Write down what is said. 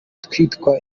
twita